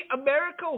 America